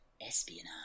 espionage